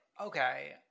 okay